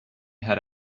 had